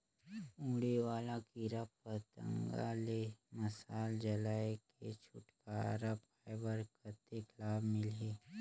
उड़े वाला कीरा पतंगा ले मशाल जलाय के छुटकारा पाय बर कतेक लाभ मिलही?